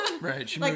Right